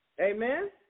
Amen